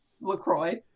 LaCroix